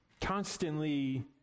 Constantly